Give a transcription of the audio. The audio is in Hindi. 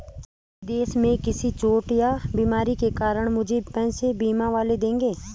विदेश में किसी चोट या बीमारी के कारण मुझे पैसे बीमा वाले देंगे